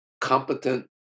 competent